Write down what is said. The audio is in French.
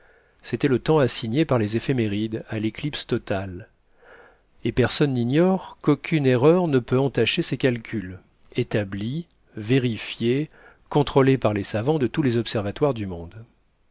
c'était le temps assigné par les éphémérides à l'éclipse totale et personne n'ignore qu'aucune erreur ne peut entacher ces calculs établis vérifiés contrôlés par les savants de tous les observatoires du monde